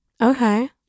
Okay